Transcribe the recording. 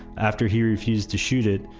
after he refused to shoot it,